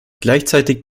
gleichzeitig